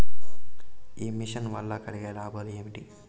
ఈ మిషన్ వల్ల కలిగే లాభాలు ఏమిటి?